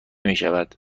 میشود